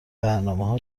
برنامهها